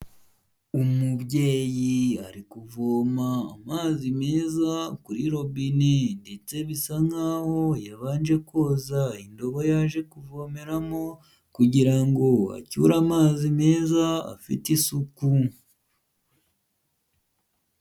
Umubyeyi ari kuvoma amazi meza kuri robine ndetse bisa nkaho yabanje koza indobo yaje kuvomeramo, kugira ngo acyure amazi meza afite isuku.